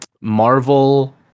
marvel